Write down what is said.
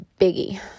biggie